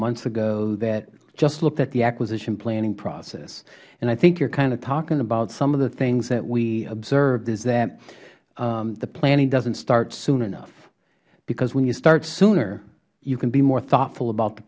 months ago that just looked at the acquisition planning process i think you are kind of talking about some of the things that we observed is that the planning doesnt start soon enough because when you start sooner you can be more thoughtful about the